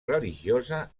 religiosa